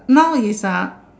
now is uh